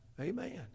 Amen